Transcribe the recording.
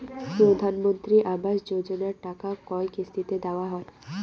প্রধানমন্ত্রী আবাস যোজনার টাকা কয় কিস্তিতে দেওয়া হয়?